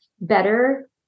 better